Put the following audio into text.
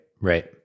Right